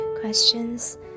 questions